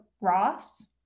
Ross